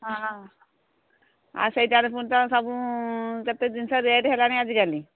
ହଁ ସେଇଟାରେ ପୁଣି ତ ସବୁ କେତେ ଜିନିଷ ରେଟ୍ ହେଲାଣି ଆଜିକାଲି